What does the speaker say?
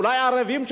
אולי ערביים,